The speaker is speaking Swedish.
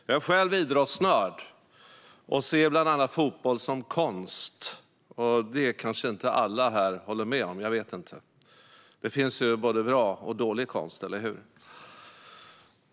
Jag är själv idrottsnörd och ser bland annat fotboll som konst. Det kanske inte alla här håller med om; jag vet inte. Det finns både bra och dålig konst, eller hur?